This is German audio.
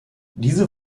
diese